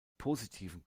positiven